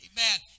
Amen